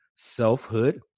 selfhood